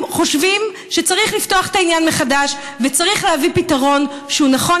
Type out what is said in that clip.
חושבים שצריך לפתוח את העניין מחדש וצריך להביא פתרון שהוא נכון